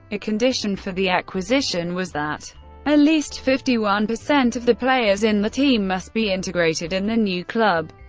a condition for the acquisition was that at least fifty one percent of the players in the team must be integrated in the new club,